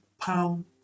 pound